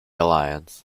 alliance